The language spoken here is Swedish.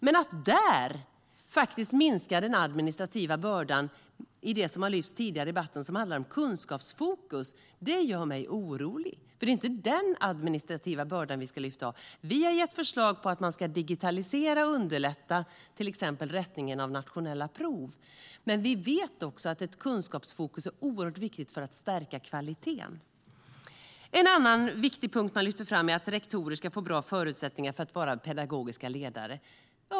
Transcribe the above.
Men att man vill minska den administrativa bördan i det som lyfts fram tidigare i debatten, det som handlar om kunskapsfokus, gör mig orolig. Det är inte den administrativa bördan vi ska lyfta av. Vi har gett förslag på att man ska digitalisera och underlätta till exempel rättningen av nationella prov. Men vi vet också att kunskapsfokus är oerhört viktigt för att stärka kvaliteten. En annan viktig punkt man lyfter fram är att rektorer ska få bra förutsättningar för att vara pedagogiska ledare.